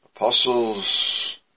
Apostles